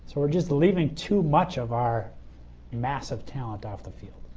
so we're just leaving too much of our massive talent off the field.